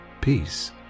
Peace